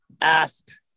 asked